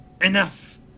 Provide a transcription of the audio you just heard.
enough